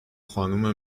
خانم